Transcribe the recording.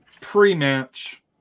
pre-match